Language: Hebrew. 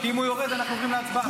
כי אם הוא יורד אנחנו עוברים להצבעה.